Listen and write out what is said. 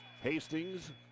Hastings